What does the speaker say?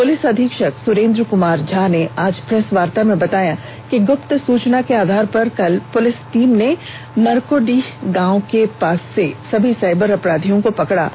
police अधीक्षक सुरेन्द्र कुमार झा ने आज प्रेसवार्ता में बताया कि गुप्त सूचना के आधार पर कल पुलिस टीम ने मरकोडीह गांव के पास से सभी साईबर अपराधियों को पकड़ा है